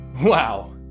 wow